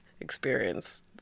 experience